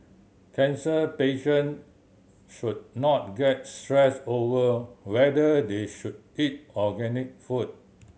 cancer patient should not get stressed over whether they should eat organic food